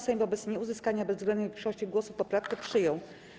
Sejm wobec nieuzyskania bezwzględnej większości głosów poprawkę przyjął.